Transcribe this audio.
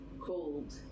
Cold